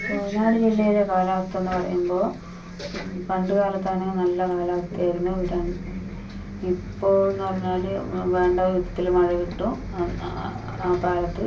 വയനാട് ജില്ലയിലെ കാലാവസ്ഥയെന്ന് പറയുമ്പോൾ പണ്ട് കാലത്താണെ നല്ല കാലാവസ്ഥയായിരുന്നു ഇപ്പോൾ എന്ന് പറഞ്ഞാല് വേണ്ട വിധത്തില് മഴ കിട്ടും ആ കാലത്ത്